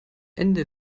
ende